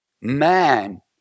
man